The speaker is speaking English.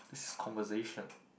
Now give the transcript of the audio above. this conversation